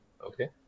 Okay